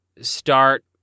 Start